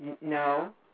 No